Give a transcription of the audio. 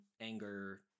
anger